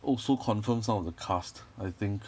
also confirmed some of the cast I think